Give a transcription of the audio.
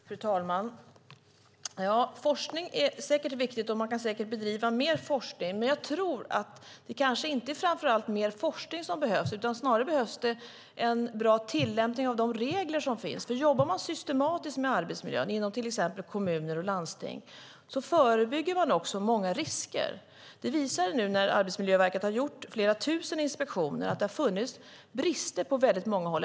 Fru talman! Forskning är viktigt, och man kan säkert bedriva mer forskning. Men jag tror att det kanske inte framför allt är mer forskning som behövs utan snarare en bra tillämpning av de regler som finns. Jobbar man systematiskt med arbetsmiljön inom till exempel kommuner och landsting förebygger man också många risker. Det har visat sig när Arbetsmiljöverket har gjort flera tusen inspektioner att det har funnits brister på väldigt många håll.